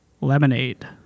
lemonade